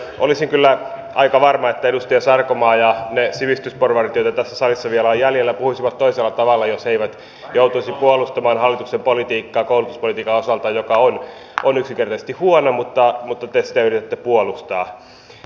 olisin kyllä aika varma että edustaja sarkomaa ja ne sivistysporvarit joita tässä salissa vielä on jäljellä puhuisivat toisella tavalla jos he eivät joutuisi puolustamaan hallituksen politiikkaa koulutuspolitiikan osalta joka on yksinkertaisesti huono mutta te sitä yritätte puolustaa